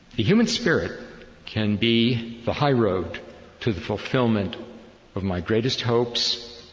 the human spirit can be the high road to the fulfillment of my greatest hopes,